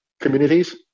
communities